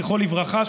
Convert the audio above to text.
זכרו לברכה,